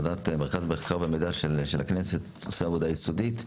מרכז המחקר והמידע של הכנסת עושה עבודה יסודית.